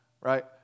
right